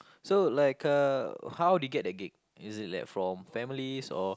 so like uh how did you get that gig is it like from families or